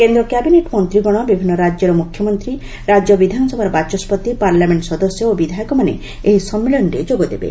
କେନ୍ଦ୍ର କ୍ୟାବିନେଟ୍ ମନ୍ତ୍ରିଗଣ ବିଭିନ୍ନ ରାଜ୍ୟର ମୁଖ୍ୟମନ୍ତ୍ରୀ ରାଜ୍ୟ ବିଧାନସଭାର ବାଚସ୍କତି ପାର୍ଲାମେଣ୍ଟ ସଦସ୍ୟ ଓ ବିଧାୟକମାନେ ଏହି ସମ୍ମିଳନୀରେ ଯୋଗଦେବେ